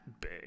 big